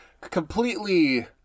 completely